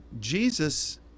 jesus